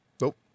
Nope